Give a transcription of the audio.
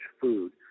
food